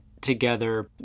together